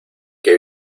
que